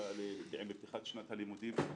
בפתיחת שנת הלימודים.